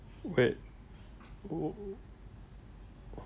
wait w~